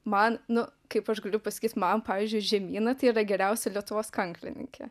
man nu kaip aš galiu pasakyt man pavyzdžiui žemyna tai yra geriausia lietuvos kanklininkė